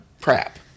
crap